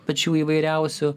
pačių įvairiausių